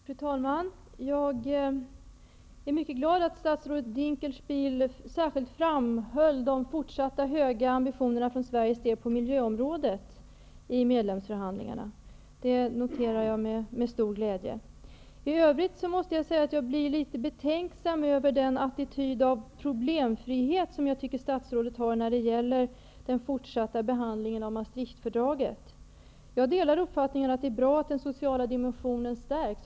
Fru talman! Jag är mycket glad att statsrådet Dinkelspiel särskilt framhåller de fortsatt höga ambitionerna på miljöområdet för Sveriges del i medlemsförhandlingarna. Det noterar jag med stor glädje. I övrigt blir jag litet betänksam över den attityd av problemfrihet som statsrådet har när det gäller den fortsatta behandlingen av Maastrichtfördraget. Jag delar uppfattningen att det är bra att den sociala dimensionen stärks.